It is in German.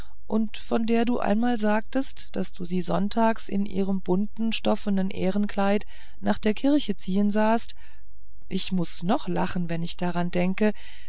und von der du einmal sagtest als du sie sonntags in ihrem bunten stoffenen ehrenkleide nach der kirche ziehen sahst ich muß noch lachen wenn ich daran denke